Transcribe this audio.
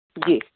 जी